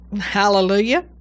Hallelujah